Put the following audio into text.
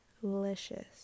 delicious